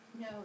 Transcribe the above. No